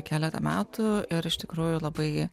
keletą metų ir iš tikrųjų labai